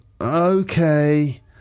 okay